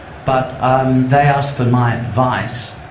but um they asked for my advice,